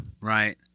Right